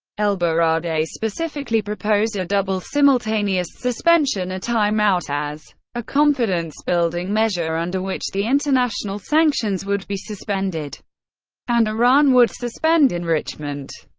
elbaradei specifically proposed a double, simultaneous suspension, a time out as a confidence-building measure, under which the international sanctions would be suspended and iran would suspend enrichment.